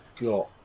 got